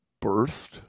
birthed